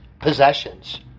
possessions